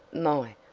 my,